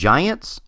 Giants